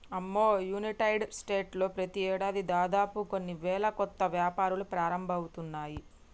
అమ్మో United States లో ప్రతి ఏడాది దాదాపు కొన్ని వేల కొత్త వ్యాపారాలు ప్రారంభమవుతున్నాయి